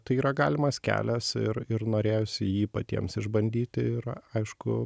tai yra galimas kelias ir ir norėjosi jį patiems išbandyti ir aišku